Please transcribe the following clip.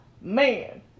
man